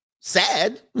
sad